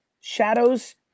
shadows